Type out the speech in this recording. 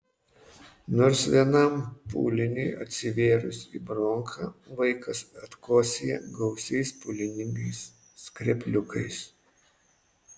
nors vienam pūliniui atsivėrus į bronchą vaikas atkosėja gausiais pūlingais skrepliukais